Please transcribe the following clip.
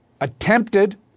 attempted